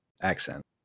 accent